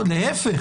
להיפך.